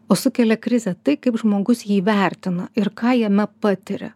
o sukelia krizę tai kaip žmogus jį vertina ir ką jame patiria